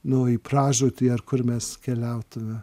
nu į pražūtį ar kur mes keliautume